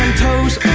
toes.